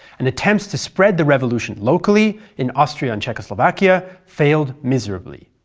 and attempts to spread the revolution locally, in austria and czechoslovakia failed miserably.